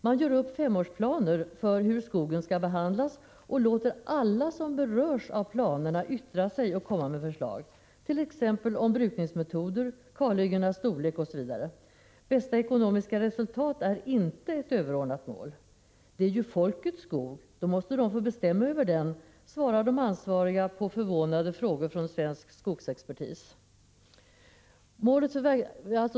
Man gör upp femårsplaner för hur skogen skall behandlas och låter alla som berörs av planerna yttra sig och komma med förslag — om brukningsmetoder, kalhyggenas storlek osv. Bästa ekonomiska resultat är inte ett överordnat mål. ”Det är ju folkets skog, då måste de få bestämma över den”, svarar de ansvariga på förvånade frågor från svensk skogsexpertis.